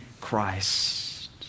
Christ